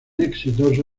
exitoso